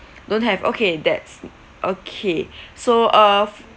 don't have okay that's okay so uh f~